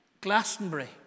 Glastonbury